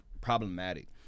problematic